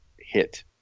hit